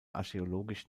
archäologisch